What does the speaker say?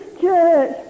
church